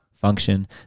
function